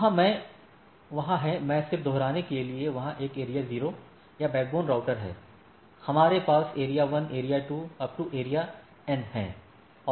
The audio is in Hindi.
वहाँ है मैं सिर्फ दोहराने के लिए वहाँ एक एरिया 0 या बैकबोन राउटर है हमारे पास एरिया 1 एरिया 2 एरिया N है